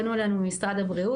פנו אלינו ממשרד הבריאות,